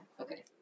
Okay